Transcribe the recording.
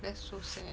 that's so sad